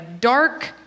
dark